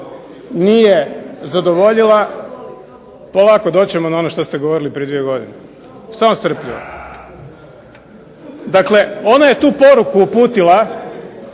nije zadovoljila. Polako, doći ćemo na ono što ste govorili prije dvije godine, samo strpljivo. Dakle, ona je tu poruku uputila,